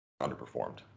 underperformed